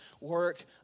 work